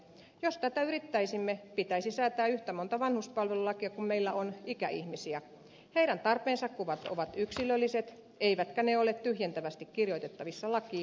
jos tätä yrittäisimme pitäisi säätää yhtä monta vanhuspalvelulakia kuin meillä on ikäihmisiä heidän tarpeensa kun ovat yksilölliset eivätkä ne ole tyhjentävästi kirjoitettavissa lakiin